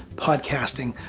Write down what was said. podcasting,